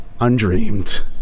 undreamed